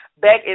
back